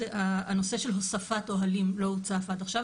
הנושא של הוספת אוהלים לא הוצף עד עכשיו.